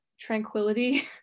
tranquility